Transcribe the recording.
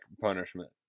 punishment